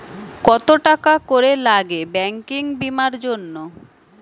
কত টাকা করে লাগে ব্যাঙ্কিং বিমার জন্য?